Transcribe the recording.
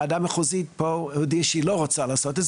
הוועדה מחוזית פה הודיעה שהיא לא רוצה לעשות את זה,